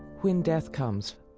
when death comes.